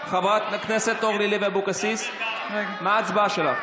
חברת הכנסת אורלי לוי אבקסיס, מה ההצבעה שלך?